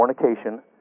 fornication